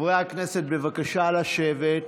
חברי הכנסת, בבקשה לשבת.